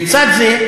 לצד זה,